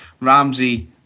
Ramsey